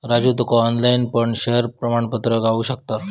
राजू तुका ऑनलाईन पण शेयर प्रमाणपत्र गावु शकता